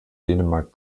dänemark